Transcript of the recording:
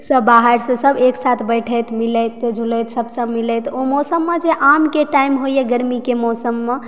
सभ बाहरसँ सभ एक साथ बैठैत मिलैत जुलैत सभसँ मिलैत ओ मौसममे जे आमके टाइम होइए गर्मीके मौसममे